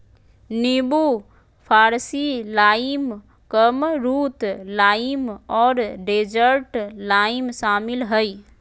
नींबू फारसी lime, makrut lime और डेजर्ट लाइम शामिल हइ